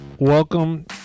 Welcome